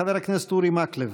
חבר הכנסת אורי מקלב.